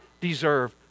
deserve